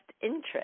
interest